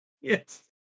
Yes